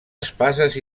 espases